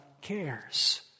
cares